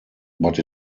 but